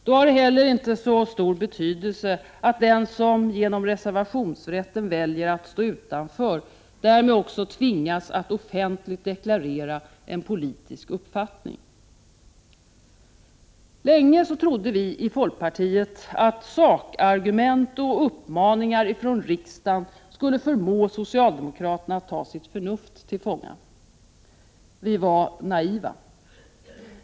Då har det inte heller så stor betydelse att den som genom reservationsrätten väljer att stå utanför därmed också tvingas att offentligt deklarera en politisk uppfattning. Länge trodde vi i folkpartiet att sakargument och uppmaningar från riksdagen skulle förmå socialdemokraterna att ta sitt förnuft till fånga. Vi var naiva.